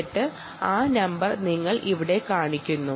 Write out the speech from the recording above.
എന്നിട്ട് ആ നമ്പർ നിങ്ങൾ ഇവിടെ കാണിക്കുക